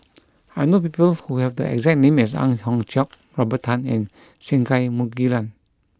I know people who have the exact name as Ang Hiong Chiok Robert Tan and Singai Mukilan